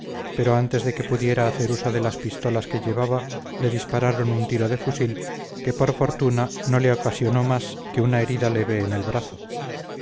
pero antes de que pudiera hacer uso de las pistolas que llevaba le dispararon un tiro de fusil que por fortuna no le ocasionó más que una herida leve en el brazo